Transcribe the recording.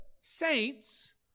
saints